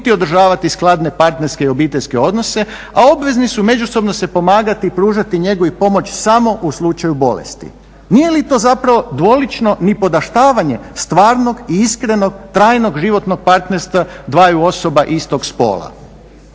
Nije li to zapravo dvolično … stvarnog i iskrenog, trajnog životnog partnerstva dvaju osoba istog spola?